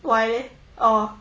why leh